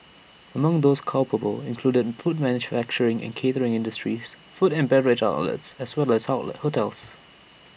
among those culpable included food manufacturing and catering industries food and beverage outlets as well as hotels